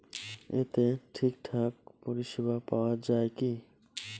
এতে ঠিকঠাক পরিষেবা পাওয়া য়ায় কি?